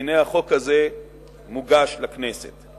והנה החוק הזה מוגש לכנסת.